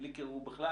בלי קירור בכלל